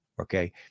okay